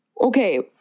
Okay